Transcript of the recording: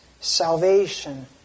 salvation